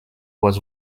was